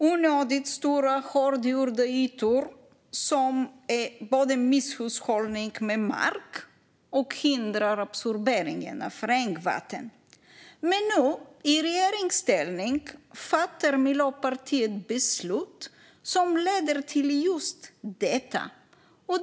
Onödigt stora hårdgjorda ytor är misshushållning med mark och hindrar dessutom absorberingen av regnvatten. Men i regeringsställning fattar Miljöpartiet nu beslut som leder till just detta.